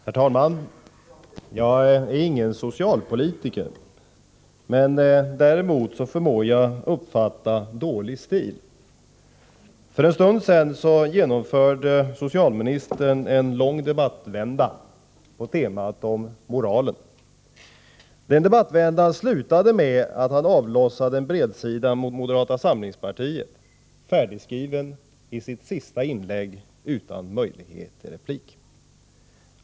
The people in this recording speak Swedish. Herr talman! Jag är ingen socialpolitiker, men jag förmår uppfatta dålig stil. För en stund sedan genomförde socialministern en lång debattvända på temat moral. Den slutade med att han avlossade en bredsida mot moderata samlingspartiet, färdigskriven, i sitt sista inlägg — utan att det fanns möjlighet till replik.